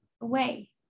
away